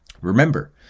Remember